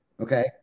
okay